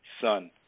son